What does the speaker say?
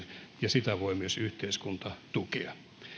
ja sitä voi myös yhteiskunta tukea